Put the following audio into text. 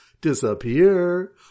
disappear